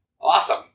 Awesome